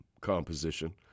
composition